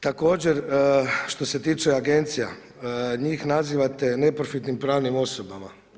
Također što se tiče agencija, njih nazivate neprofitnim pravnim osobama.